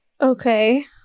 Okay